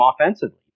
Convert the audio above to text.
offensively